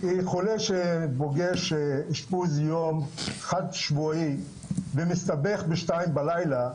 כי חולה שפוגש אשפוז יום חד שבועי ומסתבך בשתיים בלילה,